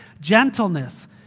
Gentleness